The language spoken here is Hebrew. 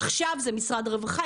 עכשיו זה משרד הרווחה,